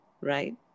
right